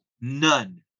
none